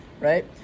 right